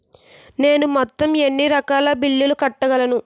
నేను మొత్తం ఎన్ని రకాల బిల్లులు కట్టగలను?